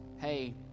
hey